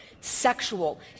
sexual